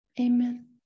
Amen